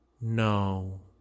no